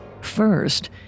First